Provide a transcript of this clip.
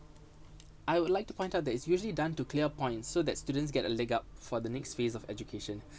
I would like to point out that it's usually done to clear point so that students get a leg up for the next phase of education